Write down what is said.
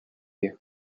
you